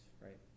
right